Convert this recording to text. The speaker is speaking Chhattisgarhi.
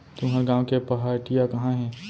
तुंहर गॉँव के पहाटिया कहॉं हे?